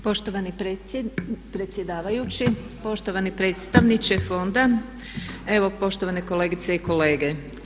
Poštovani predsjedavajući, poštovani predstavniče fonda, evo poštovane kolegice i kolege.